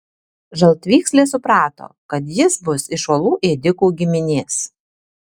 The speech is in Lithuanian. žaltvykslė suprato kad jis bus iš uolų ėdikų giminės